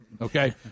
Okay